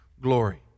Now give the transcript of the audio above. glory